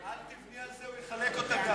אל תבני על זה, הוא יחלק גם אותה.